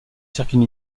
circuits